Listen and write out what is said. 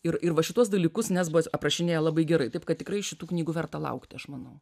ir ir va šituos dalykus nesbas aprašinėja labai gerai taip kad tikrai šitų knygų verta laukti aš manau